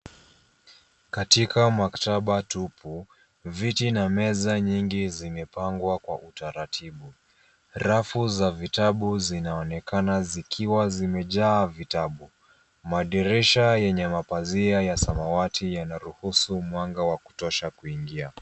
Katika maktaba tupu, viti na meza nyingi zimepangwa kwa utaratibu. Rafu za vitabu zinaonekana zikiwa zimejaa vitabu. Madirisha yenye mapazia ya samawati yanaruhusu mwanga wa kutosha kuingia.